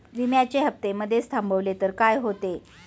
विम्याचे हफ्ते मधेच थांबवले तर काय होते?